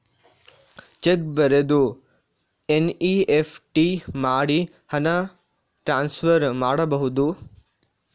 Check ಬರೆದು NEFT ಮಾಡಿ ಹಣ ಟ್ರಾನ್ಸ್ಫರ್ ಮಾಡಬಹುದು?